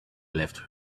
left